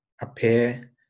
appear